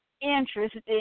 interesting